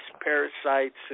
parasites